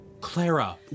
Clara